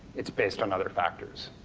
it's based on other factors.